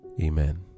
Amen